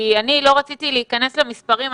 אני לא רציתי להיכנס למספרים,